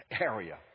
area